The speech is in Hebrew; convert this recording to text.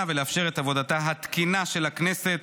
ולאפשר את עבודתה התקינה של הכנסת,